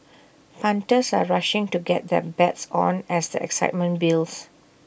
punters are rushing to get their bets on as the excitement builds